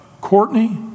Courtney